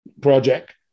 project